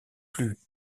plus